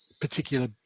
particular